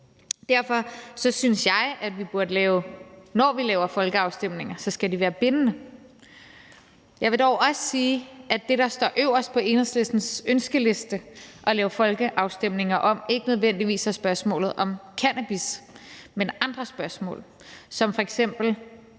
Derfor synes jeg, at når vi laver folkeafstemninger, skal de være bindende. Jeg vil dog også sige, at det, der står øverst på Enhedslistens ønskeliste at lave folkeafstemninger om, ikke nødvendigvis er spørgsmålet om cannabis, men andre spørgsmål som f.eks.